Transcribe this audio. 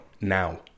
now